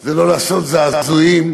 זה לא לעשות זעזועים,